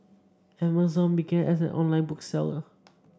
Amazon began as an online book seller